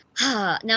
now